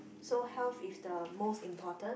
so health is the most important